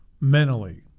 mentally